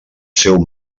seu